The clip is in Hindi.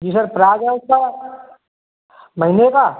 जी सर प्राइज है उसका महीने का